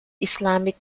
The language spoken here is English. islamic